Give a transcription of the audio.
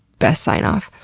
best sign-off!